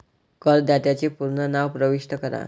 करदात्याचे पूर्ण नाव प्रविष्ट करा